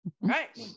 right